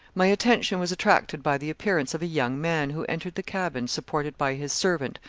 my attention was attracted by the appearance of a young man who entered the cabin supported by his servant,